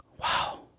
Wow